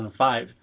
2005